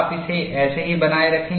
आप इसे ऐसे ही बनाए रखें